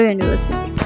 University